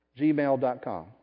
gmail.com